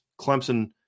Clemson